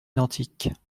identiques